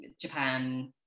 Japan